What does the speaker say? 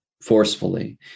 forcefully